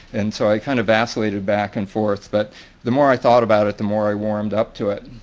and so i kind of vacillated back and forth. but the more i thought about it, the more i warmed up to it.